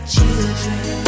children